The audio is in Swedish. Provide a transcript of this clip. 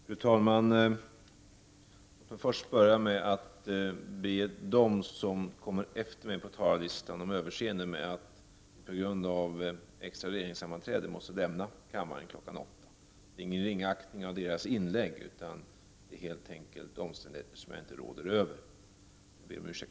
Fru talman! Låt mig börja med att be de ledamöter som kommer efter mig på talarlistan om överseende med att jag på grund av ett extra regeringssammanträde måste lämna kammaren kl. 20.00. Det är ingen ringaktning av deras inlägg, utan beror på omständigheter som jag inte råder över.